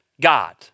God